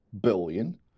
billion